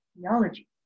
theology